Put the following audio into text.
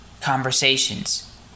conversations